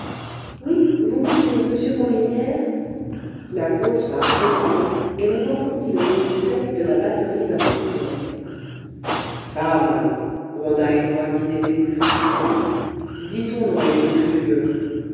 oui vous mentez monsieur morinière la grosse femme recula et l'on entendit le bruit sec de la batterie d'un pistolet femme gronda une voix qui n'était plus flûtée du tout dis ton nom et ce que tu veux